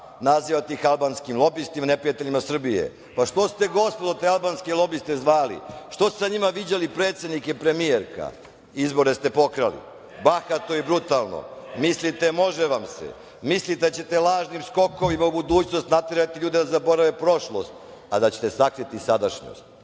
nazivate ih albanskim lobistima, neprijateljima Srbija. Pa, što ste, gospodo, te albanske lobiste zvali? Što su se sa njima viđali predsednik i premijerka? Izbore ste pokrali bahato i brutalno. Mislite, može vam se. Mislite da ćete lažnim skokovima u budućnost naterati ljude da zaborave prošlost, a da ćete sakriti sadašnjost? Gde